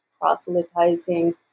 proselytizing